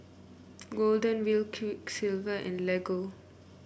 Golden Wheel Quiksilver and Lego